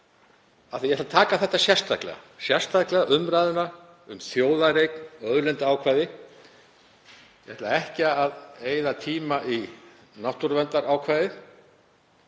að ég ætla að taka sérstaklega fyrir umræðuna um þjóðareign og auðlindaákvæði. Ég ætla ekki að eyða tíma í náttúruverndarákvæðið